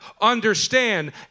understand